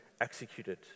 executed